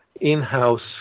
in-house